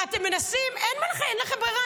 ואתם מנסים, אין לכם ברירה.